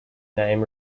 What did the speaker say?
name